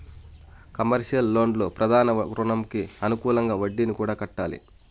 commercial లోన్లు ప్రధాన రుణంకి అనుకూలంగా వడ్డీని కూడా కట్టాలి